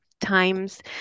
times